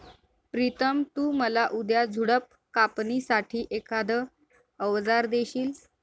प्रितम तु मला उद्या झुडप कापणी साठी एखाद अवजार देशील?